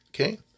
Okay